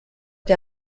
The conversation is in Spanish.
que